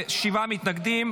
שבעה מתנגדים.